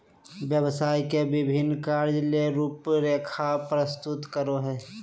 व्यवसाय के विभिन्न कार्य ले रूपरेखा प्रस्तुत करो हइ